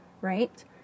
right